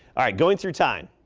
right going through time.